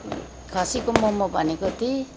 खसीको मोमो भनेको थिएँ